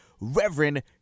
Reverend